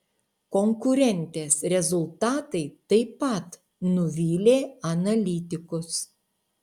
konkurentės rezultatai taip pat nuvylė analitikus